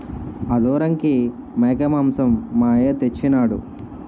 ఆదోరంకి మేకమాంసం మా అయ్య తెచ్చెయినాడు